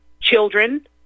children